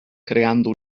creando